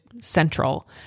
central